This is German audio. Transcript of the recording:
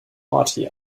party